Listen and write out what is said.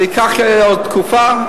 כנראה זה ייקח עוד תקופה.